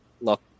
look